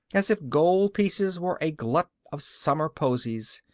as if gold pieces were a glut of summer posies.